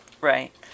Right